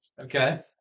Okay